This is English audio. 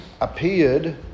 appeared